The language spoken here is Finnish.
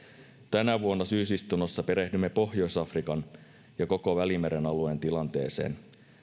tänä vuonna syysistunnossa perehdymme pohjois afrikan ja koko välimeren alueen tilanteeseen